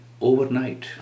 overnight